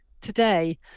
today